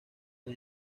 las